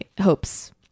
hopes